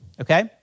okay